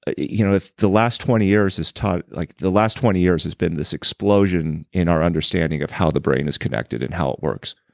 ah you know if the last twenty years has taught. like the last twenty years has been this explosion in our understanding of how the brain is connected and how it works.